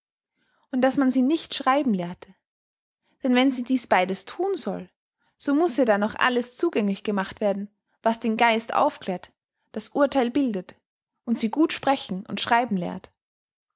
und daß man sie nicht schreiben lehrte denn wenn sie dies beides thun soll so muß ihr dann auch alles zugänglich gemacht werden was den geist aufklärt das urtheil bildet und sie gut sprechen und schreiben lehrt